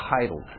titled